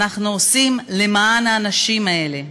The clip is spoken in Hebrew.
אנחנו עושים למען האנשים האלה,